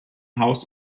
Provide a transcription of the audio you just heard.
haus